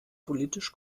politisch